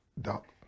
duck